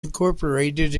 incorporated